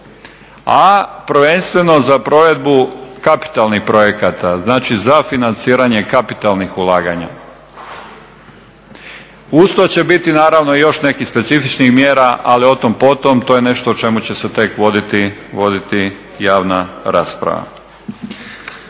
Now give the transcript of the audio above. a prvenstveno za provedbu kapitalnih projekata, znači za financiranje kapitalnih ulaganja. Uz to će biti naravno još neki specifičnih mjera, ali o tom potom, to je nešto o čemu će se tek voditi javna rasprava.